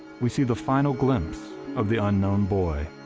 we see the final glimpse of the unknown boy,